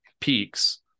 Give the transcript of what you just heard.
peaks